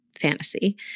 fantasy